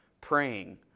praying